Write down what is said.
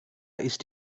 ist